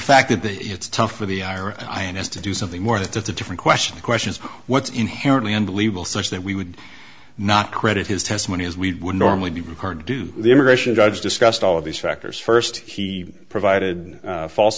fact that the it's tough for the ira i mean is to do something more that that's a different question the question is what's inherently unbelievable such that we would not credit his testimony as we would normally be required to do the immigration judge discussed all of these factors first he provided false